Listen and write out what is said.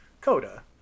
Coda